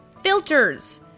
Filters